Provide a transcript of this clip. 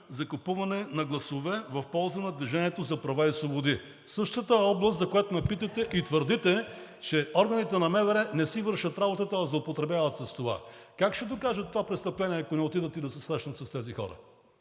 за купуване на гласове в полза на „Движение за права и свободи“. Същата област, за която ме питате и твърдите, че органите на МВР не си вършат работата, а злоупотребяват с това. Как ще докажат това престъпление, ако не отидат да се срещнат с тези хора?!